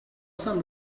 some